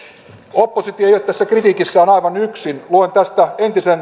oppositio ei ole tässä kritiikissään aivan yksin luen tästä